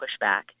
pushback